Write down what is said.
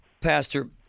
Pastor